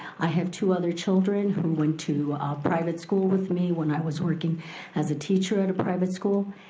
i have two other children who went to a private school with me when i was working as a teacher at a private school.